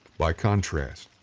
by contrast,